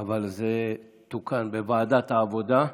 אבל זה תוקן בוועדת העבודה.